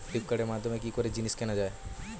ফ্লিপকার্টের মাধ্যমে কি করে জিনিস কেনা যায়?